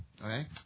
Okay